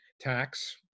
tax